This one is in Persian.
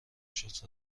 شست